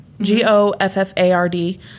G-O-F-F-A-R-D